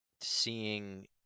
seeing